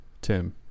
Tim